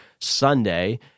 Sunday